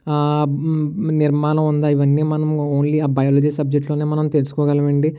నిర్మాణం ఉందా ఇవన్నీ మనం ఓన్లీ ఆ బయాలజీ సబ్జెక్ట్లోనే మనం తెలుసుకోగలము అండి